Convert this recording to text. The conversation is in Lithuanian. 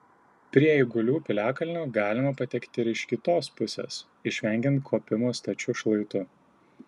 prie eigulių piliakalnio galima patekti ir iš kitos pusės išvengiant kopimo stačiu šlaitu